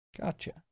Gotcha